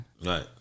Right